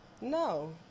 No